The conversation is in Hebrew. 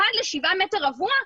אחד לשבעה מטר רבוע,